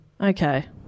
Okay